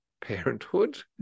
parenthood